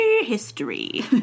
history